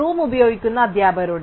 മുറി ഉപയോഗിക്കുന്ന അധ്യാപകരുടെ